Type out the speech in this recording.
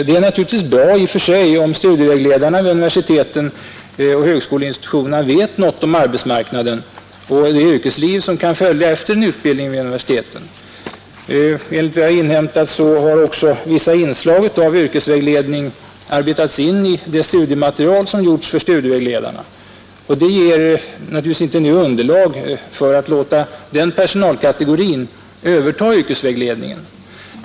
Det är naturligtvis i och för sig bra om studievägledarna vid universitetsoch högskoleinstitutionerna vet något om arbetsmarknaden och det yrkesliv som kan följa efter en utbildning vid universiteten. Enligt vad jag inhämtat har också vissa inslag av yrkesvägledning arbetats in i det studiematerial som gjorts för studievägledarna. Detta ger emellertid inte nu underlag för att låta denna personalkategori överta yrkesvägledningen.